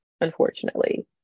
unfortunately